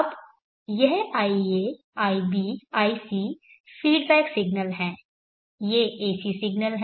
अब यह ia ib ic feedback signal हैं ये AC सिग्नल हैं